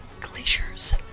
glaciers